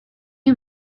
you